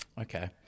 okay